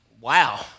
wow